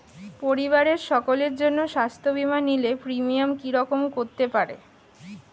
পরিবারের সকলের জন্য স্বাস্থ্য বীমা নিলে প্রিমিয়াম কি রকম করতে পারে?